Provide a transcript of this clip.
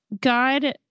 God